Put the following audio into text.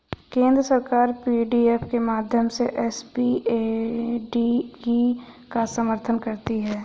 केंद्र सरकार पी.डी.एफ के माध्यम से एस.पी.ए.डी.ई का समर्थन करती है